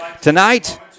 tonight